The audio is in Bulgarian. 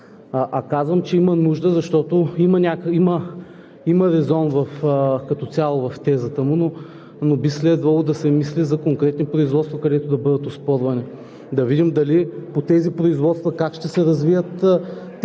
А казвам, че има нужда, защото има резон като цяло в тезата му, но би следвало да се мисли за конкретни производства, където да бъдат оспорвани, да видим тези производства как ще се развият те,